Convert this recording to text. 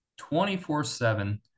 24-7